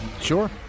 Sure